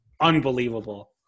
unbelievable